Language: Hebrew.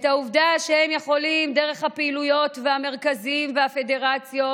את העובדה שהם יכולים דרך הפעילויות והמרכזים והפדרציות